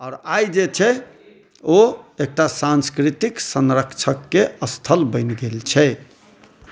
आओर आइ जे छै ओ एकटा सांस्कृतिक संरक्षकके स्थल बनि गेल छै